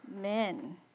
men